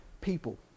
people